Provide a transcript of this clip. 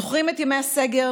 זוכרים את ימי הסגר?